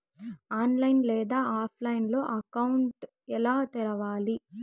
online లేదా ఆఫ్లైన్లో account ఎలా తెరవాలి